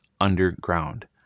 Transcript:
underground